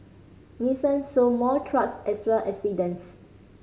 Nissan sold more trucks as well as sedans